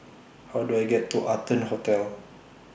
How Do I get to Arton Hotel